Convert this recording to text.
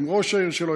עם ראש העיר שלו,